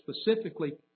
specifically